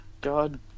god